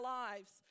lives